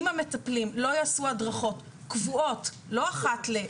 אם המטפלים לא יעשו הדרכות קבועות לא אחת ל,